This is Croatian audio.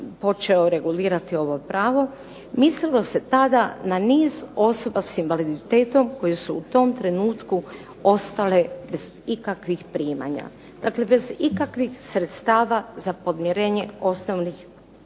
počeo regulirati ovo pravo mislilo se tada na niz osoba s invaliditetom koje su u tom trenutku ostale bez ikakvih primanja, dakle bez ikakvih sredstava za podmirenje osnovnih